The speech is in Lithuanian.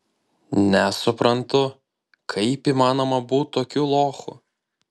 nesuprantu kaip įmanoma būt tokiu lochu